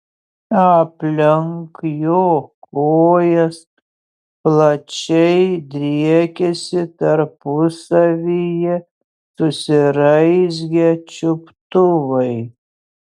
aplink jo kojas plačiai driekėsi tarpusavyje susiraizgę čiuptuvai